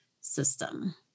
system